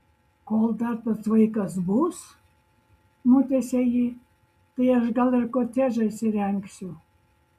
kol dar tas vaikas bus nutęsia ji tai aš gal ir kotedžą įsirengsiu